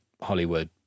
Hollywood